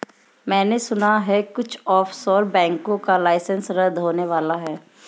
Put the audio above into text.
मैने सुना है कुछ ऑफशोर बैंकों का लाइसेंस रद्द होने वाला है